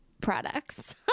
products